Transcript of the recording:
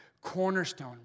Cornerstone